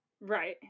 right